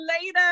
later